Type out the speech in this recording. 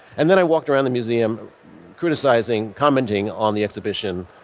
and then i walked around the museum criticizing commenting on the exhibition.